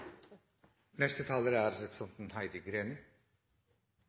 neste periode. Representanten Heidi Greni